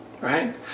Right